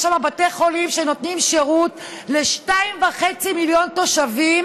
יש שם בתי חולים שנותנים שירות ל-2.5 מיליון תושבים,